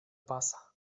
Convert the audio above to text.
pasa